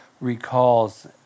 recalls